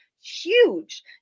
Huge